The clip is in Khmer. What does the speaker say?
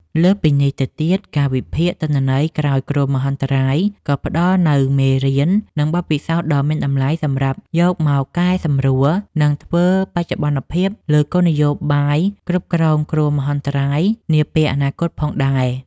លើសពីនេះទៅទៀត ការវិភាគទិន្នន័យក្រោយគ្រោះមហន្តរាយក៏ផ្តល់នូវមេរៀន និងបទពិសោធន៍ដ៏មានតម្លៃសម្រាប់យកមកកែសម្រួល និងធ្វើបច្ចុប្បន្នភាពលើគោលនយោបាយគ្រប់គ្រងគ្រោះមហន្តរាយនាពេលអនាគតផងដែរ។